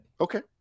Okay